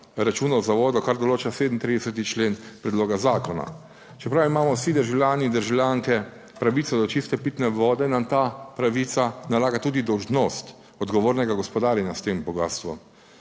računov za vodo, kar določa 37. člen predloga zakona. Čeprav imamo vsi državljani in državljanke pravico do čiste pitne vode, nam ta pravica nalaga tudi dolžnost. Odgovornega gospodarjenja s tem bogastvom.